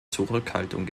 zurückhaltung